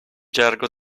gergo